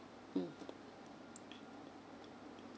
mm